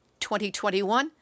2021